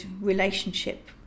relationship